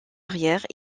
arrière